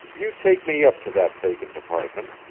you take me up to that vacant apartment,